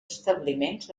establiments